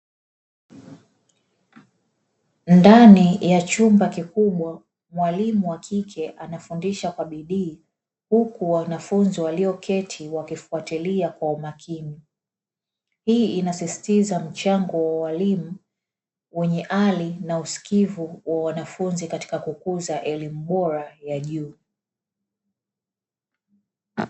Ndani ya chumba kikubwa mwalimu wa kike anafundisha kwa bidii, huku wanafunzi walioketi wakifuatilia kwa umakini. Hii inasisitiza mchango wa walimu wenye hari na usikivu wa wanafunzi, katika kukuza elimu bora ya juu.